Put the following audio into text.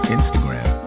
Instagram